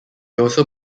also